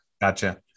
Gotcha